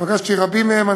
פגשתי רבים מהם,